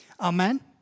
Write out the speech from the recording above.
Amen